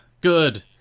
Good